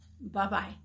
Bye-bye